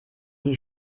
die